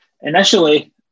Initially